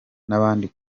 n’abandi